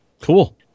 Cool